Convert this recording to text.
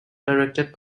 directed